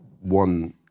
one